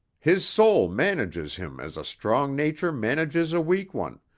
his soul manages him as a strong nature manages a weak one,